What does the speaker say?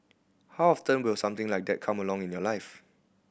how often will something like that come along in your life